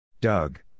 Doug